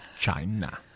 China